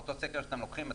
מאותו סקר שאתם לוקחים,